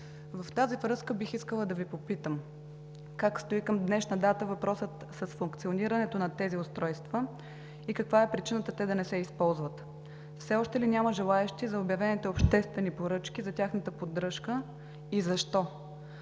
В тази връзка бих искала да Ви попитам: как стои към днешна дата въпросът с функционирането на тези устройства и каква е причината те да не се използват? Все още ли няма желаещи за обявените обществени поръчки, за тяхната поддръжка и защо?